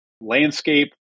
landscape